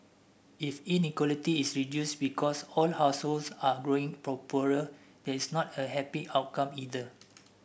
if inequality is reduced because all households are growing poorer is not a happy outcome either